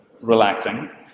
relaxing